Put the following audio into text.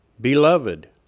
Beloved